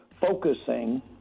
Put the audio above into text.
focusing